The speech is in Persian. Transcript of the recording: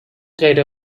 غیر